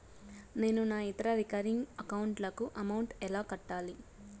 నేను నా ఇతర రికరింగ్ అకౌంట్ లకు అమౌంట్ ఎలా కట్టాలి?